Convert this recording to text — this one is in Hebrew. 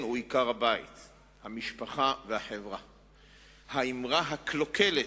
חברי חברי הכנסת,